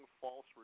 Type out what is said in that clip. false